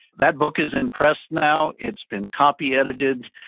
that book is in pres now, it's been copy edited,